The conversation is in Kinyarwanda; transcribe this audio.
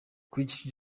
kuki